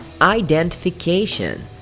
identification